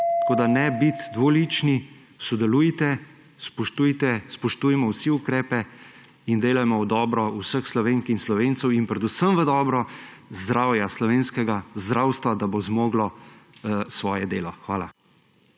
Tako da ne biti dvolični, sodelujte, spoštujte, spoštujmo vsi ukrepe in delajmo v dobro vseh Slovenk in Slovencev in predvsem v dobro zdravja, slovenskega zdravstva, da bo zmoglo svoje delo. Hvala.